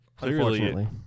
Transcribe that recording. unfortunately